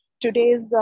Today's